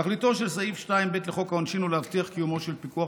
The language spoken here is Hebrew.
תכליתו של סעיף 2(ב) לחוק העונשין הוא להבטיח את קיומו של פיקוח